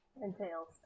entails